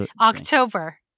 October